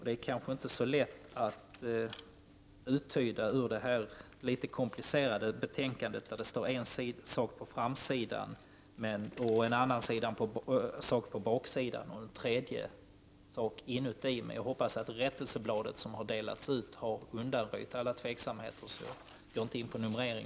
Det kanske inte är så lätt att uttyda ur detta litet komplicerade betänkande, där det står en sak på framsidan och en annan sak på baksidan och en tredje sak inuti betänkandet, men jag hoppas att det rättelseblad som har delats ut har undanröjt all tvekan.